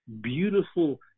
beautiful